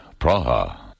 Praha